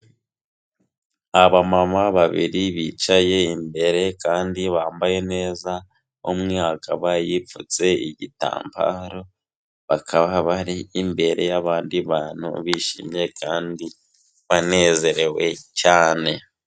Aba mama babiri bicaye imbere kandi bambaye neza umwe akaba yipfutse igitambaro bakaba bari imbere y'abandi bantu bishimye kandi banezerewe cyane.